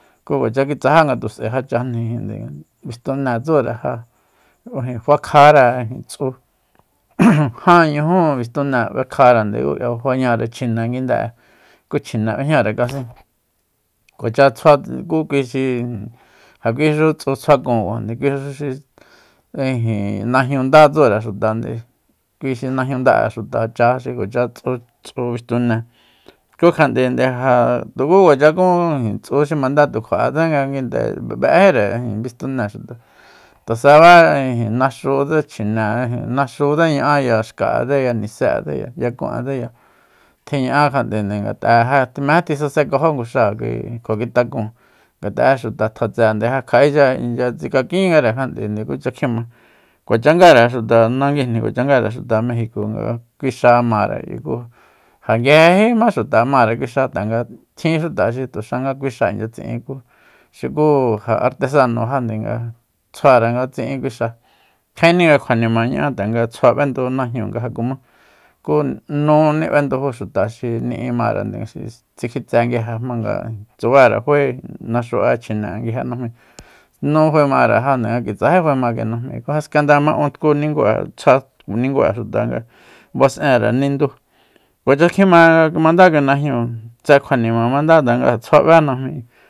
Ku kuacha kui tsajá ngatu'sae jachajnijinde bistunée tsure ja fakjare tsu jan ñuju bistune fakjarende ku k'ia fañare chjine nguinde'e ku chjine b'ejñare kasin kuacha tsjua ku kui xi ijin ja kui xu tsu tsjuakunkuajande kui xu xi ijin najñu ndá tsure xuta nde ayi kui xi najñunda'e xutacha xi kuacha tsu bistune ku kjat'ende ja tuku kuacha kun tsu xi mandá tu kjua'e tse nga nguinde be'éjire ijin bistunée xuta tu subá ijin naxutse chjine ijin naxútse ña'a xka'etseya nise'etseya yakun'etseya tjiña'a kjat'ende ngat'a mejá tisasenkajó nguxáa kui kjuakitakúun ngat'a ja xuta tjatse ja kja'echa inchya tsikakíngare kja'te kucha kjima kuacha ngare xuta nanguijni kuacha ngare xuta mejiko nga kui xa mare ayi ku ja nguijéjíma xuta mare kui xa tanga tjin xuta xi tuxa kui xa nchya tsi'in ku xuku ja artesano jande nga tsjuare nga tsi'in kui xa kjaenni nga kjua nima ña'á tanga tsjua b'endu najñu nga ja kuma ku núnib'endujú xuta xi marande xi tsikjitse nguije jmanga tsubare fae naxu'e chjine'e nguije najmíi nu faemare ja nga kitsají faema kui najmi ku jaskanda ma untkunigu'e tsja nigu'e xuta nga bas'enre nindu kuacha kjima nga mandá kui najñúu tse kjuanima mandá tanga tsjua b'é kui najmi